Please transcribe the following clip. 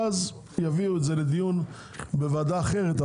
ואז יביאו את זה לדיון בוועדה אחרת.